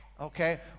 okay